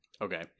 Okay